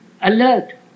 alert